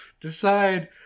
Decide